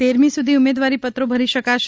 તેરમી સુધી ઉમેદવારીપત્રો ભરી શકાશે